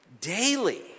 Daily